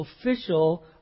official